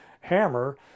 hammer